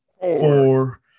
four